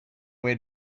way